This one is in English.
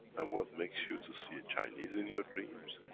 and what makes you to see a chinese in your dreams,